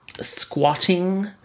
squatting